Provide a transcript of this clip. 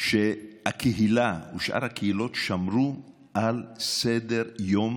שהקהילה ושאר הקהילות שמרו על סדר-יום